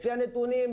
לפי הנתונים,